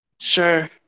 Sure